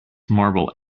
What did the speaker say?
marble